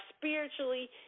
spiritually